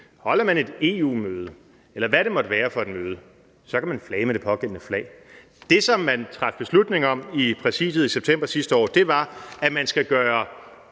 NATO-møde, et EU-møde, eller hvad det måtte være for et møde, kan man selvfølgelig flage med det pågældende flag. Det, som man traf beslutning om i Præsidiet i september sidste år, var, at man skal gøre